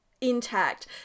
intact